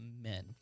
men